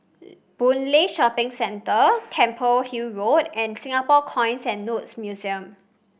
Boon Lay Shopping Centre Temple Hill Road and Singapore Coins and Notes Museum